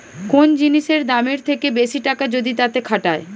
কোন জিনিসের দামের থেকে বেশি টাকা যদি তাতে খাটায়